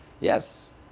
yes